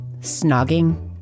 snogging